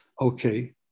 Okay